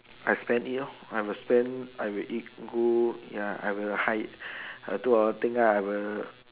I spend it lor I will spend I will eat good ya I will hide err do a lot of thing ah I will